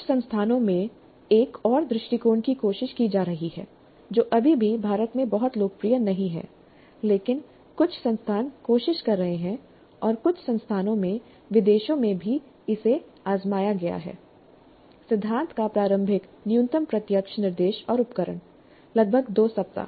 कुछ संस्थानों में एक और दृष्टिकोण की कोशिश की जा रही है जो अभी भी भारत में बहुत लोकप्रिय नहीं है लेकिन कुछ संस्थान कोशिश कर रहे हैं और कुछ संस्थानों में विदेशों में भी इसे आजमाया गया है सिद्धांत का प्रारंभिक न्यूनतम प्रत्यक्ष निर्देश और उपकरण लगभग 2 सप्ताह